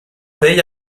pell